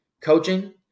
coaching